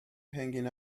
hanging